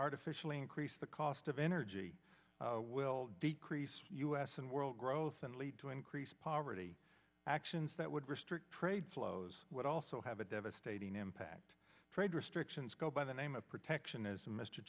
artificially increase the cost of energy will decrease u s and world growth and lead to increased poverty actions that would restrict trade flows would also have a devastating impact trade restrictions go by the name of protectionism mr